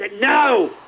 no